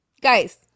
guys